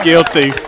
Guilty